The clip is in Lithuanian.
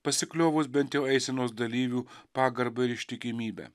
pasikliovus bent jo eisenos dalyvių pagarba ir ištikimybe